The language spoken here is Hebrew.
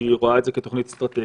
שהיא רואה את זה כתוכנית אסטרטגית,